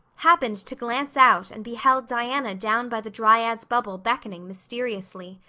happened to glance out and beheld diana down by the dryad's bubble beckoning mysteriously.